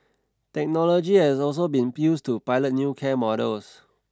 technology has also been used to pilot new care models